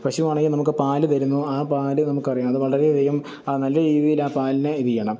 പശു ആണെങ്കില് നമുക്ക് പാല് തരുന്നു ആ പാല് നമുക്കറിയാം അതു വളരെയധികം നല്ല രീതിയില് ആ പാലിനെ ഇതു ചെയ്യണം